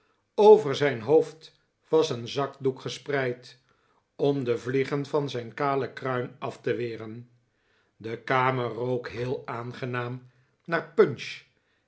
over zijn hoofd was een zakdoek gespreid om de vliegen van zijn kale kruin af te weren de kamer rook heel aangenaam naar punch